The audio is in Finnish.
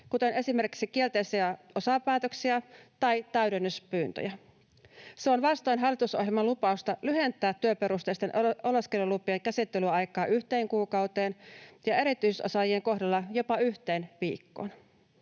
kuten esimerkiksi kielteisiä osapäätöksiä tai täydennyspyyntöjä. Se on vastoin hallitusohjelman lupausta lyhentää työperusteisten oleskelulupien käsittelyaikaa yhteen kuukauteen ja erityisosaajien kohdalla jopa yhteen viikkoon.